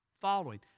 following